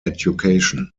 education